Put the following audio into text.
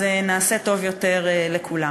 נעשה טוב יותר לכולם.